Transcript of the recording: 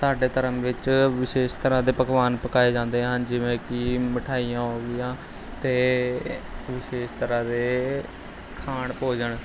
ਸਾਡੇ ਧਰਮ ਵਿੱਚ ਵਿਸ਼ੇਸ਼ ਤਰ੍ਹਾਂ ਦੇ ਪਕਵਾਨ ਪਕਾਏ ਜਾਂਦੇ ਹਨ ਜਿਵੇਂ ਕਿ ਮਿਠਾਈਆਂ ਹੋ ਗਈਆਂ ਅਤੇ ਵਿਸ਼ੇਸ਼ ਤਰ੍ਹਾਂ ਦੇ ਖਾਣ ਭੋਜਨ